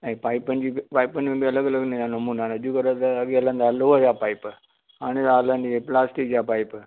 ऐं पाइपनि जूं बि ऐं पाइपनि जूं बि अलॻि अलॻि नया नमूना अॼुकल्ह त हैवी हलंदा लोह जा पाइप हाणे था हलनि इहे प्लास्टिक जा पाइप